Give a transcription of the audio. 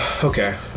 okay